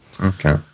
okay